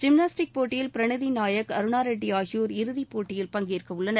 gymnastic போட்டியில் பிரநதி நாயக் அருணா ரெட்டி ஆகியோர் இறுதி போட்டியில் பங்கேற்க உள்ளனர்